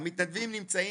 המתנדבים נמצאים.